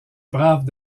braves